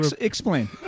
Explain